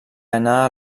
anà